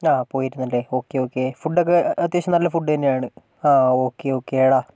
ആ പോയിരുന്നു അല്ലെ ഓക്കേ ഓക്കേ ഫുഡ് ഒക്കെ അത്യാവശ്യം നല്ല ഫുഡ് തന്നെയാണ് ആ ഓക്കേ ഓക്കേ എടാ